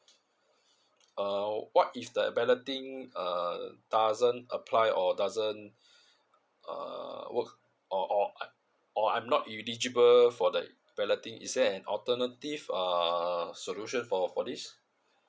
uh what if that balloting uh doesn't apply or doesn't uh work or or or I'm not eligible for that balloting is there an alternative uh solution for for this